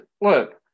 Look